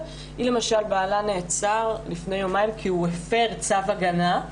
בעלה נעצר לפני יומיים כי הוא הפר צו הגנה.